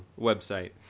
website